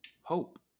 hope